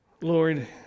Lord